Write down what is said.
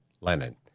Lenin